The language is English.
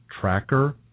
tracker